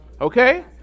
Okay